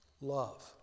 Love